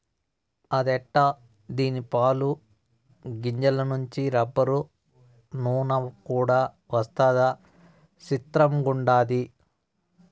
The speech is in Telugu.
అదెట్టా దీని పాలు, గింజల నుంచి రబ్బరు, నూన కూడా వస్తదా సిత్రంగుండాది